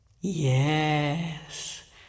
yes